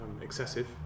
excessive